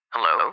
hello